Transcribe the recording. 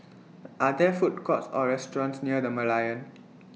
Are There Food Courts Or restaurants near The Merlion